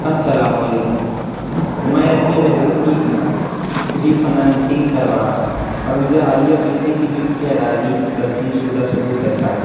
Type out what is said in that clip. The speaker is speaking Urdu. السلام علیکم میں اپنے رہن کی ری فنانسنگ کروا رہا ہوں اور مجھے حالیہ بجلی کی بل کی ادائیگی تصدیق شدہ ثبوت درکار ہے